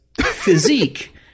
physique